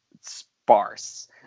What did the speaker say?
sparse